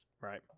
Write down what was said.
Right